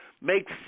make